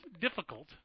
difficult